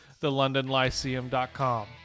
thelondonlyceum.com